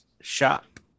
shop